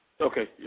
Okay